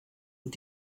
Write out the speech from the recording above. und